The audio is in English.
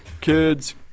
Kids